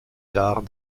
tard